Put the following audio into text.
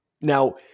Now